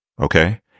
Okay